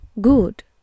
Good